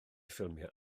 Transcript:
ffilmiau